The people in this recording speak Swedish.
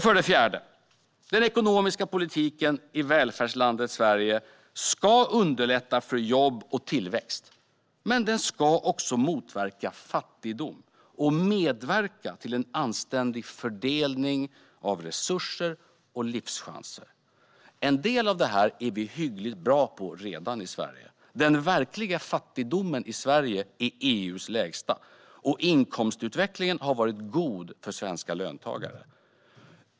För det fjärde ska den ekonomiska politiken i välfärdslandet Sverige underlätta för jobb och tillväxt, men den ska också motverka fattigdom och medverka till en anständig fördelning av resurser och livschanser. En del av detta är vi i Sverige redan hyggligt bra på. Den verkliga fattigdomen i Sverige är EU:s lägsta. Inkomstutvecklingen har varit god för svenska löntagare.